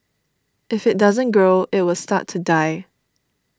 if it doesn't grow it will start to die